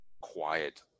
quiet